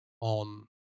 on